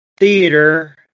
Theater